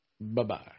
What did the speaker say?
Bye-bye